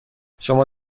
شما